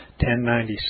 1096